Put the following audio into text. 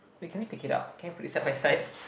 wait can we take it out can we put it side by side